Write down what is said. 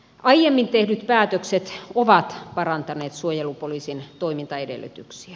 aiemmin tehdyt päätökset ovat parantaneet suojelupoliisin toimintaedellytyksiä